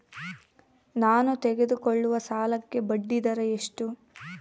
ನಾವು ತೆಗೆದುಕೊಳ್ಳುವ ಸಾಲಕ್ಕೆ ಬಡ್ಡಿದರ ಎಷ್ಟು?